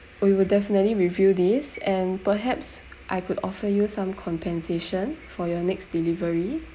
we will definitely review this and perhaps I could offer you some compensation for your next delivery